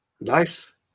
Nice